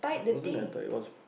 it wasn't netter it was